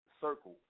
circle